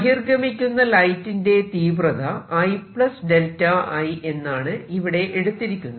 ബഹിർഗമിക്കുന്ന ലൈറ്റിന്റെ തീവ്രത I 𝚫I എന്നാണ് ഇവിടെ എടുത്തിരിക്കുന്നത്